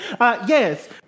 yes